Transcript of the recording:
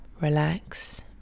relax